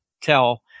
tell